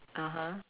(uh huh)